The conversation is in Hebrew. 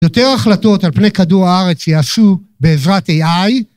יותר החלטות על פני כדור הארץ יעשו בעזרת AI